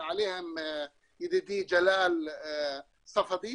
שדיבר עליהם ידידי ג'לאל ספדי.